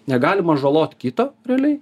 negalima žalot kito realiai